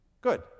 Good